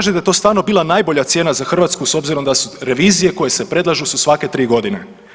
Tko kaže da je to stvarno bila najbolja cijena za Hrvatsku s obzirom da su revizije koje se predlažu su svake tri godine?